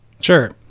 Sure